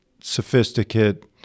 sophisticated